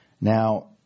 Now